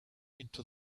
into